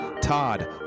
Todd